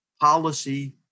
policy